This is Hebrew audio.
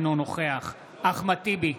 אינו נוכח אחמד טיבי,